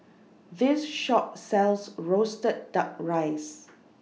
This Shop sells Roasted Duck Rice